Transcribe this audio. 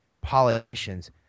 politicians